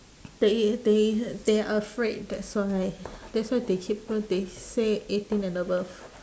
there i~ there i~ they are afraid that's why that's why they keep on they say eighteen and above